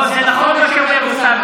לא, לא, זה נכון מה שאומר אוסאמה.